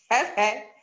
okay